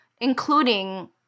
including